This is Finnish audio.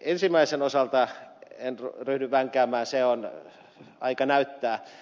ensimmäisen osalta en ryhdy vänkäämään se on aika näyttää